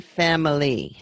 family